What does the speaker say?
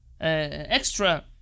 extra